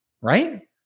right